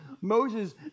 Moses